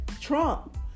Trump